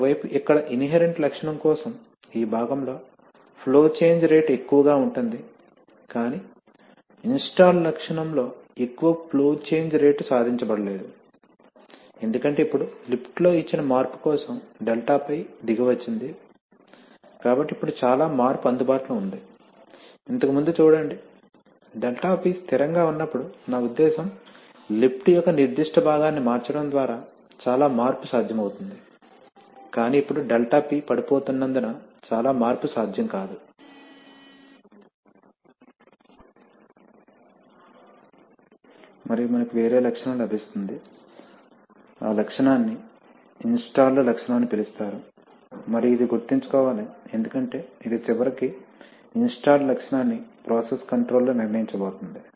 మరోవైపు ఇక్కడ ఇన్హెరెంట్ లక్షణం కోసం ఈ భాగంలో ఫ్లో చేంజ్ రేటు ఎక్కువగా ఉంటుంది కానీ ఇన్స్టాల్ల్డ్ లక్షణంలో ఎక్కువ ఫ్లో చేంజ్ రేటు సాధించబడలేదు ఎందుకంటే ఇప్పుడు లిఫ్ట్లో ఇచ్చిన మార్పు కోసం ∆P దిగివచ్చింది కాబట్టి ఇప్పుడు చాలా మార్పు అందుబాటులో ఉంది ఇంతకు ముందు చూడండి ∆P స్థిరంగా ఉన్నప్పుడు నా ఉద్దేశ్యం లిఫ్ట్ యొక్క నిర్దిష్ట భాగాన్ని మార్చడం ద్వారా చాలా మార్పు సాధ్యమవుతుంది కానీ ఇప్పుడు ∆P పడిపోతున్నందున చాలా మార్పు సాధ్యం కాదు మరియు మనకు వేరే లక్షణం లభిస్తుంది ఆ లక్షణాన్ని ఇన్స్టాల్ల్డ్ లక్షణం అని పిలుస్తారు మరియు ఇది గుర్తుంచుకోవాలి ఎందుకంటే ఇది చివరకు ఇన్స్టాల్ల్డ్ లక్షణాన్ని ప్రాసెస్ కంట్రోల్ లో నిర్ణయించబోతోంది